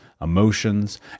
emotions